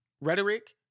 rhetoric